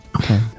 Okay